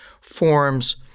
forms